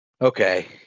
Okay